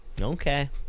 Okay